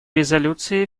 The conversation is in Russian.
резолюции